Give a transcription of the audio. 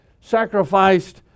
sacrificed